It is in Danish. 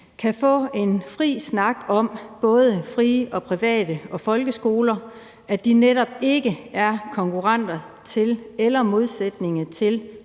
kan få en fri snak om både fri- og privatskoler, og om at de netop ikke er konkurrenter eller modsætninger til